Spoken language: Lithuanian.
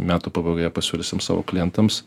metų pabaigoje pasiūlysime savo klientams